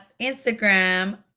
Instagram